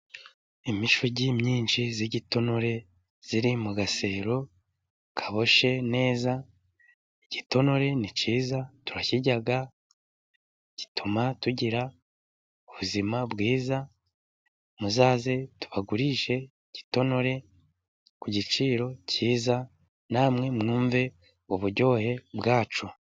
Imishogi nyinshi y'igitono iri mu gasero kaboshye neza, igitonore ni cyiza, turakirya, gituma tugira ubuzima bwiza, muzaze tubagurishe igitonore ku giciro cyiza, namwe mwumve uburyohe bwa cyo.